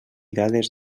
dades